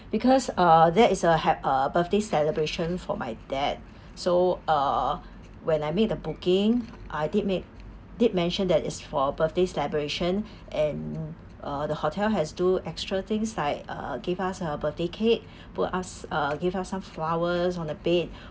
because uh there is uh hap~ uh birthday celebration for my dad so uh when I made the booking I did made did mention that is for birthday celebration and uh the hotel has do extra things like uh give us a birthday cake put us uh give us some flowers on the bed